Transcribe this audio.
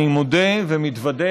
אני מודה ומתוודה,